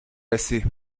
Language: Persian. رسی